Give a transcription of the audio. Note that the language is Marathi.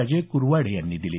अजय कुरवाडे यांनी दिली